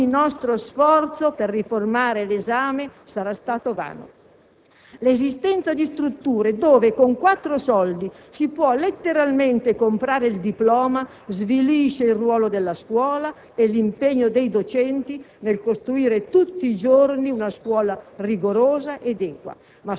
Se non saremo in grado di eliminare i «diplomifici» ogni nostro sforzo per riformare l'esame sarà stato vano. L'esistenza di strutture dove, con quattro soldi, si può letteralmente comprare il diploma svilisce il ruolo della scuola e l'impegno dei docenti nel costruire